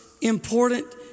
important